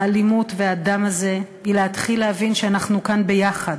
האלימות והדם הזה היא להתחיל להבין שאנחנו כאן ביחד,